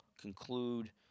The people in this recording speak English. conclude